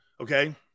okay